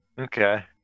Okay